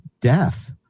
death